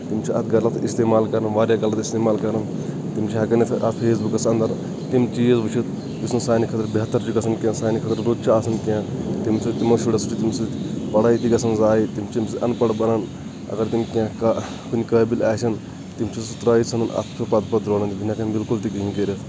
تِم چھِ اَتھ غلط اِستعمال کَران واریاہ غلَط اِستعمال کَران تِم چھِ ہیٚکان اَتھ اتھ فیس بُکَس اَنٛدَر تِم چیٖز وُچھِتھ یُس نہٕ سانہِ خٲطرٕ بِہتَر چھُ گژھان کینٛہہ یا سانہِ خٲطرٕ رُت چھِ آسان کِینٛہہ تِم چھِ تمہِ سۭتۍ پڑٲے تہِ گژھان ضایعہٕ تِم چھِ اَنٛپَڑ بنان اَگر تِم کینٛہہ کُنہِ قٲبل آسن تِم چِھ سہٕ ترٲیِتھ ژھٕنان اَتھ چھِ پَتہٕ پَتہٕ روزان تِم چھِنہٕ ہیٚکان بِلکُل تہِ کِہیٖنۍ کٔرِتھ